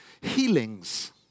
Healings